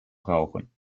brauchen